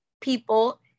people